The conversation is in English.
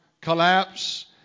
collapse